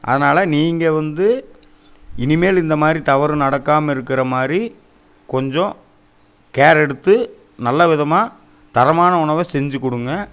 அதனால நீங்கள் வந்து இனிமேல் இந்த மாதிரி தவறும் நடக்காமல் இருக்கிறமாரி கொஞ்சம் கேர் எடுத்து நல்லவிதமாந தரமான உணவை செஞ்சு கொடுங்க